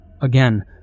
Again